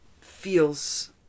feels